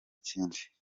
kindi